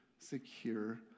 secure